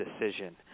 decision